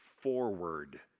forward